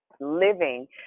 living